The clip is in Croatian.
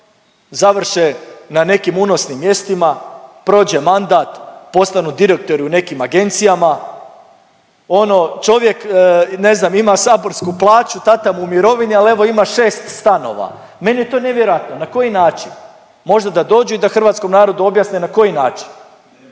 završe na nekim unosnim mjestima, prođe mandat, postanu direktori u nekim agencijama, ono čovjek ne znam ima saborsku plaću, tata mu u mirovini, ali evo ima 6 stanova. Meni je to nevjerojatno! Na koji način? Možda da dođu i da hrvatskom narodu objasne na koji način.